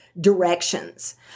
directions